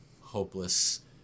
hopeless